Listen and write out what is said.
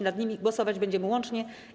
Nad nimi głosować będziemy łącznie.